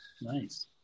nice